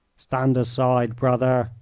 stand aside, brother,